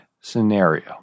scenario